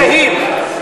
זהים.